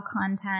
content